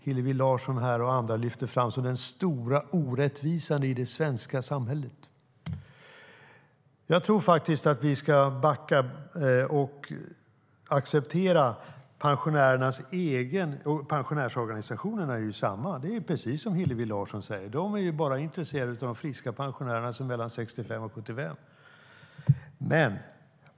Hillevi Larsson och andra lyfter fram detta som den stora orättvisan i det svenska samhället. Jag tror faktiskt att vi ska backa och acceptera pensionärernas egen syn. När det gäller pensionärsorganisationerna är det precis som Hillevi Larsson säger: De är bara intresserade av de friska pensionärerna mellan 65 och 75.